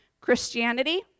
Christianity